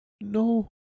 No